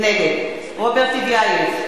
נגד רוברט טיבייב,